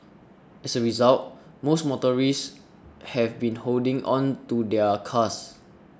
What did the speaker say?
as a result most motorists have been holding on to their cars